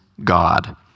God